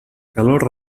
calor